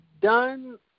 done